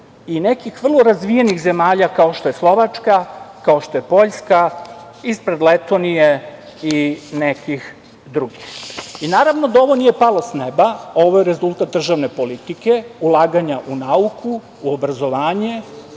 i nekih vrlo razvijenih zemalja kao što je Slovačka, kao što je Poljska, ispred Letonije i nekih drugih. Naravno da ovo nije palo sa neba. Ovo je rezultat državne politike, ulaganja u nauku, u obrazovanje,